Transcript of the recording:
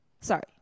Sorry